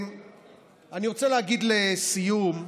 אני רוצה להגיד לסיום,